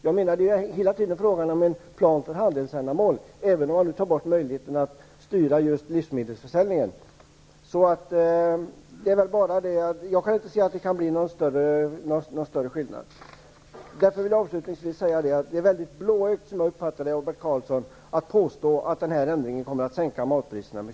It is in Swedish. Det är hela tiden fråga om en plan för handelsändamål, även om möjligheterna att styra livsmedelsförsäljningen tas bort. Jag kan inte se att det blir någon större skillnad. Det är blåögt av Bert Karlsson att påstå att den här ändringen kommer att sänka matpriserna med